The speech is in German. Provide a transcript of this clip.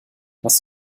hast